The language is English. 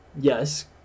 yes